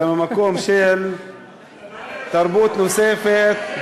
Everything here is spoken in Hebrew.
אלא ממקום של תרבות נוספת,